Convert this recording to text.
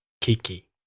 Kiki